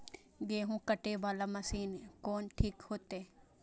गेहूं कटे वाला मशीन कोन ठीक होते?